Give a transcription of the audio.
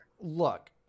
Look